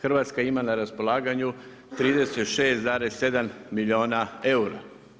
Hrvatska ima na raspolaganju 36,7 milijuna eura.